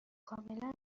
کاملا